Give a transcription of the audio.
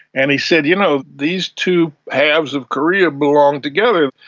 and he said, you know, these two halves of korea belong together.